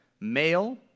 male